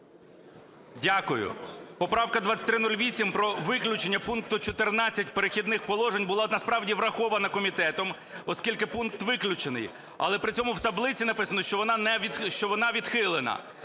Дякую. Поправка 2308 про виключення пункту 14 в "Перехідних положеннях" була насправді врахована комітетом, оскільки пункт виключений. Але при цьому в таблиці написано, що вона відхилена.